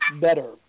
better